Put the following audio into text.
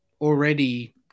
already